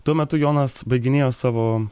tuo metu jonas baiginėjo savo